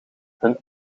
hun